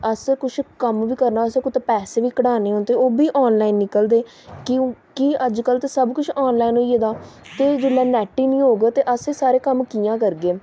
असें कुछ कम्म बी करना होऐ असें पेसे बी कढाने होन ते ओह् बी आनलाइन निकलदे क्योंकि अजकल्ल ते सब कुछ आनलाइन होई गेदा ते जिसलै नैट्ट नेईं होग ते असें सारे कम्म कि'यां करगे